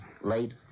late